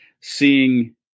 seeing